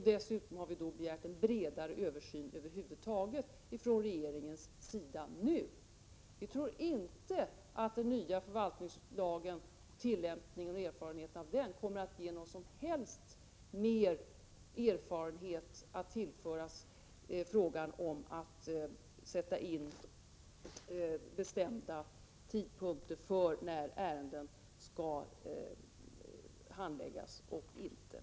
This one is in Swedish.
Dessutom har vi begärt att regeringen nu gör en bredare översyn av frågan. Vi tror inte att tillämpningen av den nya förvaltningslagen kommer att ge någon erfarenhet till ledning för att fastställa bestämda handläggningstider för olika ärenden.